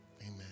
amen